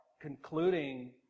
concluding